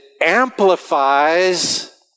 amplifies